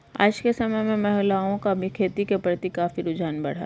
आज के समय में महिलाओं का भी खेती के प्रति काफी रुझान बढ़ा है